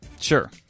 Sure